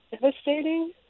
devastating